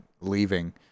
leaving